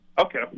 Okay